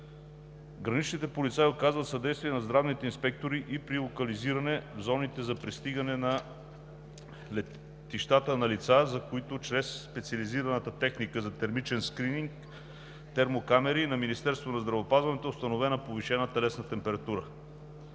Граничните полицаи оказват съдействие на здравните инспектори и при локализиране в зоните за пристигане на летищата на лица, за които чрез специализираната техника за термичен скрининг – термокамери, на Министерството на здравеопазването е установена повишена телесна температура.